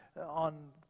on